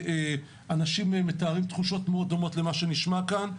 ואנשים מתארים תחושות מאוד דומות למה שנשמע כאן.